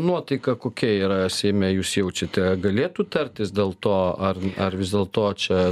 nuotaika kokia yra seime jūs jaučiate galėtų tartis dėl to ar ar vis dėlto čia